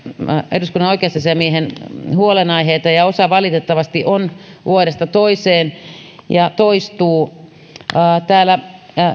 eduskunnan oikeusasiamiehen huolenaiheita ja osa valitettavasti vuodesta toiseen toistuu täällä